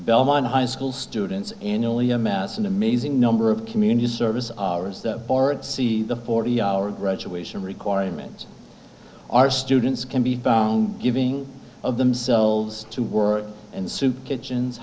belmont high school students annually amass an amazing number of community service hours that borat see the forty hour graduation requirement our students can be home giving of themselves to work and soup kitchens